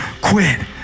quit